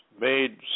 made